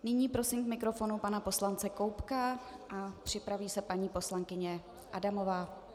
Nyní prosím k mikrofonu pana poslance Koubka a připraví se paní poslankyně Adamová.